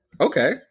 Okay